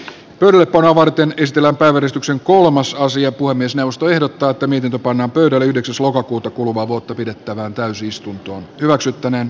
myllypuron varteen ristillä väristyksen kolmas osio puhemiesneuvosto pöytäkirjaan merkitään miten ne pannaan pöydälle yhdeksäs lokakuuta kuluvaa vuotta pidettävään täysistunto hyväksyttäneen